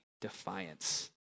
defiance